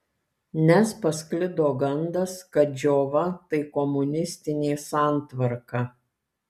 nes pasklido gandas kad džiova tai komunistinė santvarka